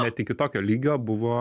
net iki tokio lygio buvo